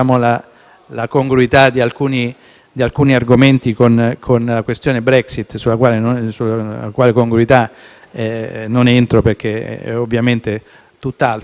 di alcuni argomenti con la questione Brexit, sulla quale congruità non entro, perché ovviamente è tutt'altro), abbiamo sottovalutato i